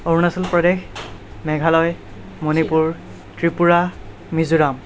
Arunachal Pradesh Meghalaya Manipur Tripura Mizoram